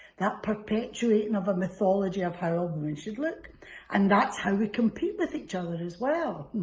that perpetuating of a mythology of how a woman should look and that's how we compete with each other as well.